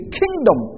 kingdom